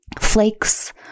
flakes